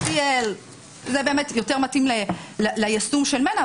זה יותר מתאים ליישום של מנע,